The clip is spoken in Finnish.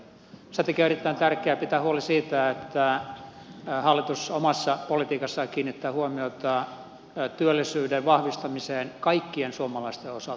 sen takia on erittäin tärkeää pitää huoli siitä että hallitus omassa politiikassaan kiinnittää huomiota työllisyyden vahvistamiseen kaikkien suomalaisten osalta